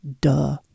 Duh